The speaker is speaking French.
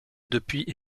depuis